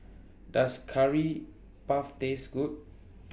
Does Curry Puff Taste Good